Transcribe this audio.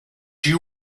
you